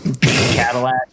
Cadillac